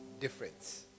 difference